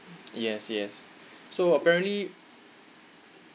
yes yes so apparently